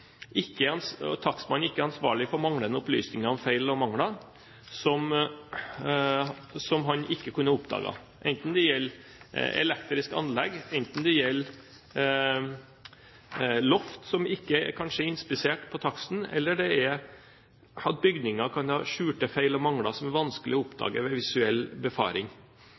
ikke er ansvarlig for manglende opplysninger om feil og mangler som han ikke kunne oppdaget, enten det gjelder elektrisk anlegg, loft som kanskje ikke er inspisert under taksten, eller at bygningen kan ha skjulte feil og mangler som er vanskelig å oppdage ved visuell befaring.